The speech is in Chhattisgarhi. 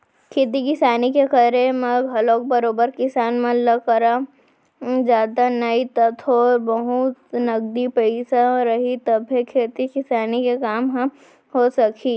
खेती किसानी के करे म घलौ बरोबर किसान मन करा जादा नई त थोर बहुत नगदी पइसा रही तभे खेती किसानी के काम ह हो सकही